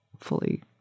fully